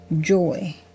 joy